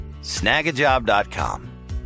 snagajob.com